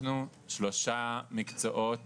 לקחנו שלושה מקצועות